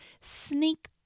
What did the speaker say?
sneak